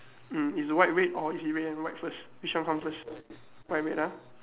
mm is a white red or is it red and white first which one comes first white red ah